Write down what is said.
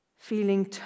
feeling